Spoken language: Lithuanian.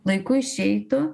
laiku išeitų